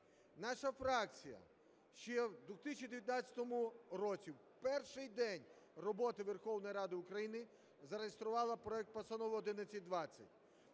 Наша фракція ще у 2019 році в перший день роботи Верховної Ради України зареєструвала проект Постанови 1120,